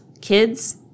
kids –